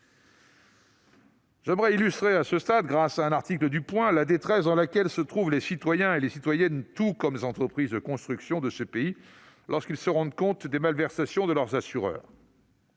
J'aimerais illustrer, à ce stade, grâce à un article de l'hebdomadaire, la détresse dans laquelle se trouvent les citoyens et les citoyennes tout comme les entreprises de construction de ce pays lorsqu'ils se rendent comptent des malversations de leurs assureurs.